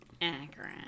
Accurate